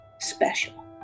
special